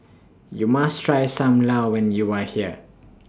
YOU must Try SAM Lau when YOU Are here